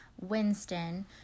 Winston